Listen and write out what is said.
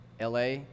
LA